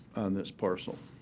on this parcel.